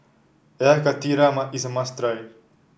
Air Karthira is a must try